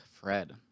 Fred